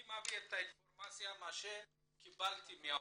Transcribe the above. אני מביא את האינפורמציה שקיבלתי מהאוצר.